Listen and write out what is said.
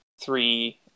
three